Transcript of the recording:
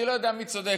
אני לא יודע מי צודק,